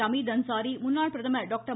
ஹமீத் அன்சாரி முன்னாள் பிரதமர் டாக்டர்